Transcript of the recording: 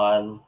One